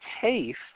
taste